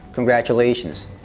congratulations.